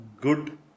good